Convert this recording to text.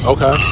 Okay